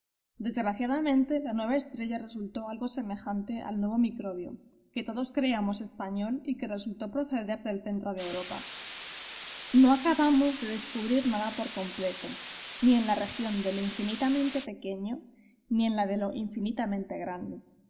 desgraciadamente la nueva estrella resultó algo semejante al nuevo microbio que todos creíamos español y que resultó proceder del centro de europa no acabamos de descubrir nada por completo ni en la región de lo infinitamente pequeño ni en la de lo infinitamente grande